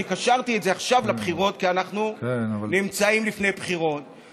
אני קשרתי את זה עכשיו לבחירות כי אנחנו נמצאים לפני בחירות.